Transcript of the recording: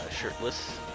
shirtless